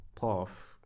path